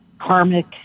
karmic